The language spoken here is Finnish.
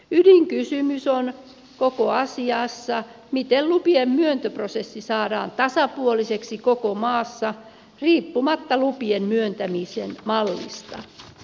ydinkysymys on koko asiassa miten lupien myöntöprosessi saadaan tasapuoliseksi koko maassa riippumatta lupien myöntämisen mallista